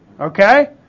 Okay